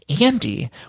Andy